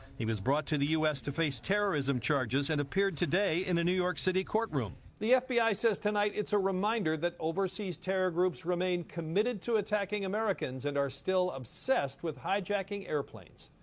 he was brought t the u s. to face terrorism charges and appeared today in a new york city courtroom. the fbi says tonight it's a reminder that overseas terror groups remain committed to attacking americans and are still obsessed with hijacking airplanes.